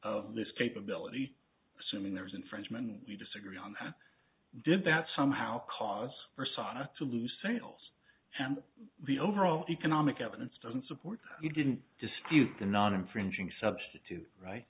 of this capability assuming there was infringement we disagree on how did that somehow cause for sar not to lose sales and the overall economic evidence doesn't support you didn't dispute anonyma fringing substitute right